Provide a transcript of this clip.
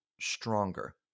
stronger